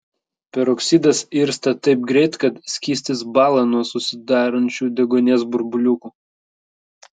peroksidas irsta taip greit kad skystis bąla nuo susidarančių deguonies burbuliukų